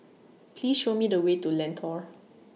Please Show Me The Way to Lentor